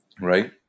right